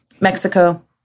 Mexico